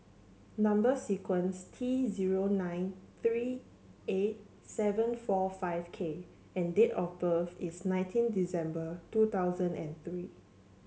number sequence T zero nine three eight seven four five K and date of birth is nineteen December two thousand and three